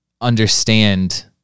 understand